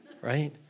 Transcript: right